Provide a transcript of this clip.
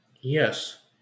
Yes